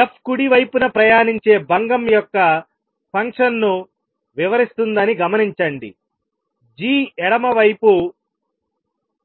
f కుడి వైపున ప్రయాణించే భంగం యొక్క ఫంక్షన్ ను వివరిస్తుందని గమనించండిg ఎడమ వైపు